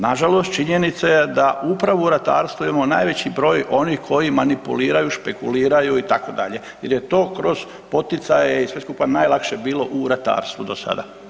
Nažalost, činjenica je da upravo u ratarstvu imamo najveći broj onih koji manipuliraju, špekuliraju itd. jer je to kroz poticaje i sve skupa najlakše bilo u ratarstvu do sada.